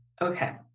Okay